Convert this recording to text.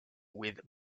with